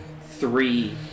three